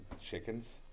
Chickens